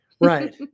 Right